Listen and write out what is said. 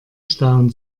stauen